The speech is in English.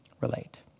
relate